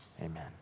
Amen